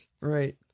Right